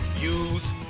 use